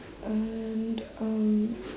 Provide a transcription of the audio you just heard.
and um